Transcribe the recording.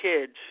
kids